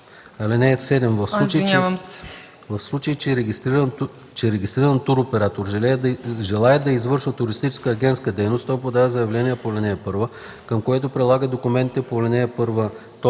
език. (7) В случай че регистриран туроператор желае да извършва туристическа агентска дейност, той подава заявлението по ал. 1, към което прилага документите по ал. 1, т.